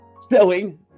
spelling